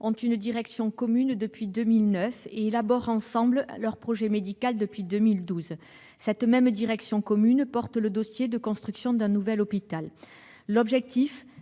ont une direction commune depuis 2009 ; ils élaborent ensemble leur projet médical depuis 2012. Cette direction commune porte le dossier de construction d'un nouvel hôpital. L'objectif